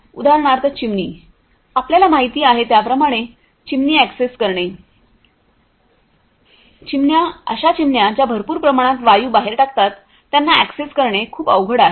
उदाहरणार्थ चिमणी आपल्याला माहित आहे त्याप्रमाणे चिमणी एक्सेस करणे अशा चिमण्या ज्या भरपूर प्रमाणात वायू बाहेर टाकतात त्यांना एक्सेस करणे खूप अवघड आहे